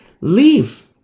leave